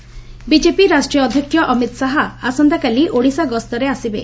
Amit Shah BJP ରାଷ୍ଟ୍ରୀୟ ଅଧ୍ଧକ୍ଷ ଅମିତ ଶାହା ଆସନ୍ତାକାଲି ଓଡ଼ିଶା ଗସ୍ତରେ ଆସିବେ